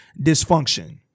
dysfunction